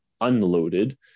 unloaded